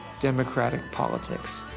democratic politics.